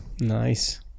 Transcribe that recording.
Nice